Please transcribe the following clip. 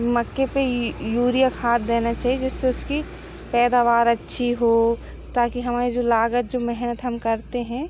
मक्के पर यूरिया खाद देना चाहिए जिससे उसकी पैदावार अच्छी हो ताकि हमारी जो लागत जो मेहनत हम करते हैं